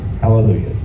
Hallelujah